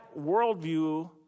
worldview